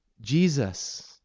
Jesus